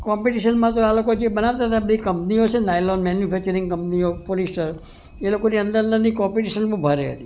કોમ્પિટિશનમાં તો આ લોકો જે બનાવતા હતા એ બધી કંપનીઓ છે નાયલૉન મેન્યુફેકચરિંગ કંપનીઓ પોલિસ્ટર એ લોકોની અંદર અંદરની કોમ્પિટિશન બહુ ભારે હતી